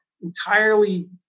entirely